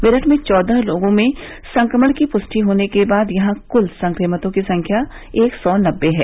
मेरठ में चौदह लोगों में संक्रमण की पृष्टि होने के बाद यहां क्ल संक्रमितों की संख्या एक सौ नबे है